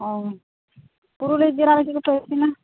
ᱯᱩᱨᱩᱞᱤᱭᱟᱹ ᱡᱮᱞᱟ ᱨᱮ ᱪᱮᱫ ᱠᱚᱯᱮ ᱤᱥᱤᱱᱟ